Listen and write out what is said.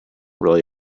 really